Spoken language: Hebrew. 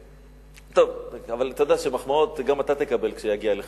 טוב, אתה יודע שמחמאות גם אתה תקבל כשיגיעו לך.